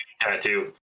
Tattoo